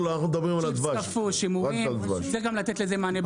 צריך גם לתת לזה מענה.